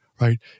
right